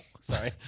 Sorry